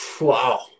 Wow